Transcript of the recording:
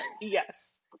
yes